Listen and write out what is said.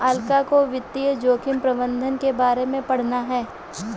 अलका को वित्तीय जोखिम प्रबंधन के बारे में पढ़ना है